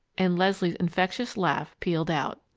and leslie's infectious laugh pealed out.